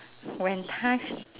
when time